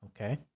okay